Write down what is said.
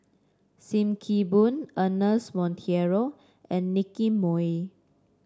Sim Kee Boon Ernest Monteiro and Nicky Moey